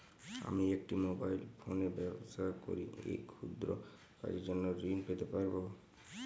আমি একটি মোবাইল ফোনে ব্যবসা করি এই ক্ষুদ্র কাজের জন্য ঋণ পেতে পারব?